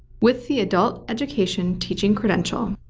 with the adult education teaching credential,